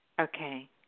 Okay